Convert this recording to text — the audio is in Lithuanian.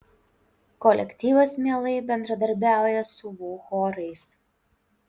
kolektyvas mielai bendradarbiauja su vu chorais